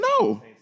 No